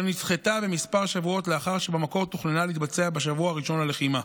נדחתה בכמה שבועות לאחר שבמקור תוכננה להתבצע בשבוע הראשון ללחימה.